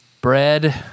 bread